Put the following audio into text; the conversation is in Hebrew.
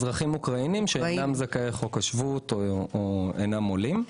אזרחים אוקראינים שאינם זכאי חוק השבות או אינם עולים.